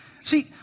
See